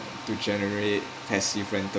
to generate passive rental